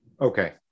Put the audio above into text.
Okay